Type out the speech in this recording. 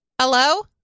Hello